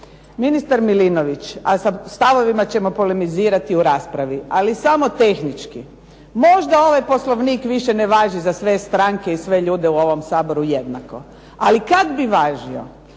Ministar Milinović, a sa stavovima ćemo polemizirati u raspravi, ali samo tehnički. Možda ovaj Poslovnik više ne važi za sve stranke i sve ljude u ovom Saboru jednako, ali kad bi važio